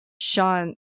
sean